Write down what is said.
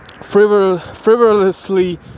frivolously